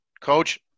Coach